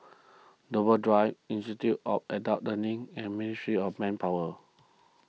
Dover Drive Institute all Adult Learning and Ministry of Manpower